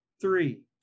three